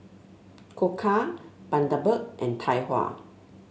Koka Bundaberg and Tai Hua